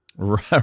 Right